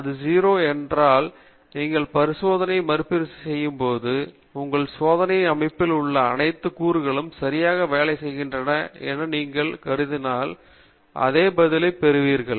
இது 0 என்றால் நீங்கள் பரிசோதனையை மறுபரிசீலனை செய்யும்போது உங்கள் சோதனை அமைப்பில் உள்ள அனைத்து கூறுகளும் சரியாக வேலைசெய்கின்றன என நீங்கள் கருதினால் அதே பதிலையே பெறுவீர்கள்